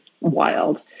wild